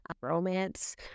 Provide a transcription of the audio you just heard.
romance